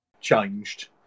changed